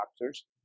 doctors